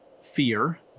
fear